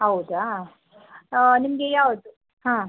ಹೌದಾ ನಿಮಗೆ ಯಾವುದು ಹಾಂ